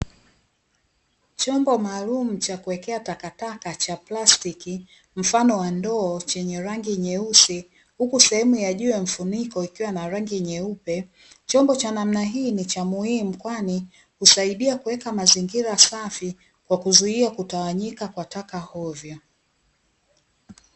Chombo maalumu ya kuwekea takataka cha plastiki mfano wa ndoo chenye rangi nyeusi, huku sehemu ya juu ya mfuniko ikiwa na rangi nyeupe. Chombo cha namna hii ni cha muhimu kwani husaidia kuweka mazingira safi kwa kuzuia kutawanyika kwa taka hovyo.